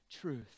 truth